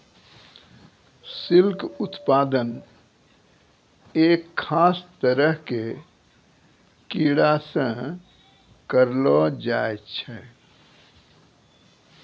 silk उत्पादन एक खास तरह के कीड़ा सॅ करलो जाय छै